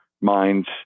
minds